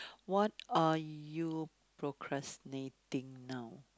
what are you procrastinating now